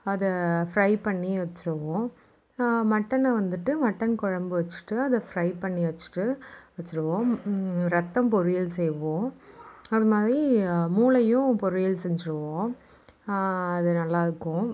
அதை ப்ரை பண்ணி வச்சுடுவோம் மட்டனை வந்துட்டு மட்டன் குழம்பு வச்சுட்டு அதை ப்ரை பண்ணி வச்சுட்டு வச்சிடுவோம் ரத்தம் பொரியல் செய்வோம் அது மாதிரி மூளையும் பொரியல் செஞ்சிடுவோம் அது நல்லா இருக்கும்